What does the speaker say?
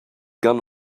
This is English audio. gun